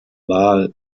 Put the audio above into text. war